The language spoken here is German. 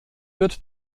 wird